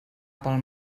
pel